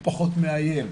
הוא פחות מאיים,